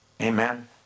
Amen